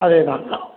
அதே தான்